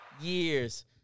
years